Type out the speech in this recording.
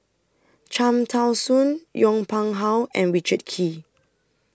Cham Tao Soon Yong Pung How and Richard Kee